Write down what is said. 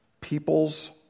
People's